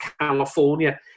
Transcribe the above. California